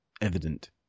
evident